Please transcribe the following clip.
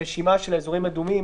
הרשימה של אזורים אדומים,